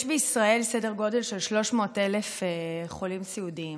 יש בישראל סדר גודל של 300,000 חולים סיעודיים,